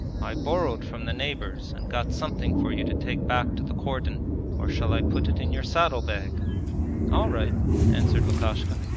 i borrowed from the neighbours and got something for you to take back to the cordon or shall i put it in your saddle-bag all right answered lukashka.